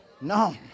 No